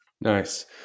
Nice